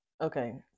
Okay